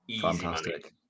fantastic